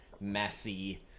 messy